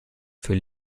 für